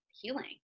healing